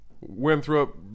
Winthrop